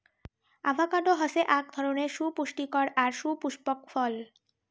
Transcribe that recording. avocado হসে আক ধরণের সুপুস্টিকর আর সুপুস্পক ফল